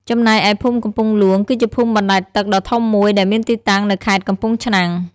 ចំណែកឯភូមិកំពង់លួង គឺជាភូមិបណ្តែតទឹកដ៏ធំមួយដែលមានទីតាំងនៅខេត្តកំពង់ឆ្នាំង។